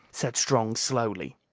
said strong slowly.